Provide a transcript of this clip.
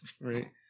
Right